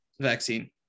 vaccine